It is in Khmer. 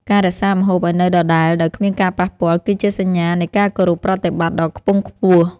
ការរក្សាម្ហូបឱ្យនៅដដែលដោយគ្មានការប៉ះពាល់ គឺជាសញ្ញានៃការគោរពប្រតិបត្តិដ៏ខ្ពង់ខ្ពស់។